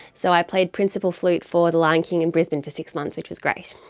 so i played principal flute for the lion king in brisbane for six months, which was great.